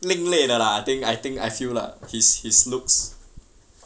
另类的 lah think I think I feel lah his his looks